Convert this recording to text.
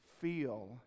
feel